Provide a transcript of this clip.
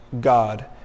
God